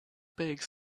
bags